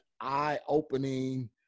eye-opening